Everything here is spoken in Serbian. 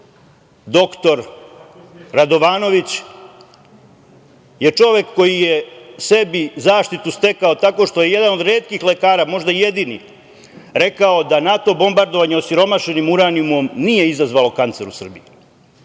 dr Radovanović je čovek koji je sebi zaštitu stekao tako što je jedan od retkih lekara, možda i jedini rekao da NATO bombardovanje osiromašenim uranijumom nije izazvalo kancer u Srbiji.